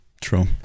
True